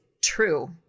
true